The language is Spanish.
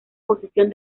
posición